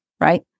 right